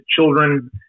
children